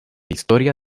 historia